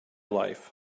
life